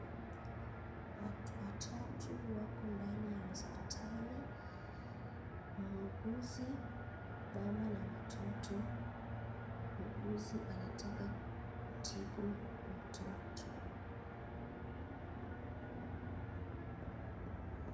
Watu watatu wako ndani ya hospitali muuguzi, mama na mtoto, muuguzi snataka kutibu mtoto.